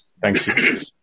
Thanks